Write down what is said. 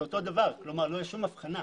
לא תהיה שום הבחנה.